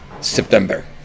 september